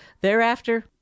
thereafter